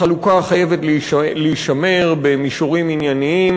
החלוקה חייבת להישמר במישורים ענייניים,